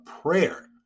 prayer